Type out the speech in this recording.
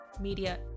Media